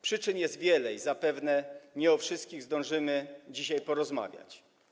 Przyczyn jest wiele i zapewne nie o wszystkich zdążymy dzisiaj porozmawiać.